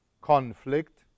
conflict